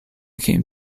came